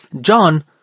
John